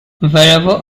wherever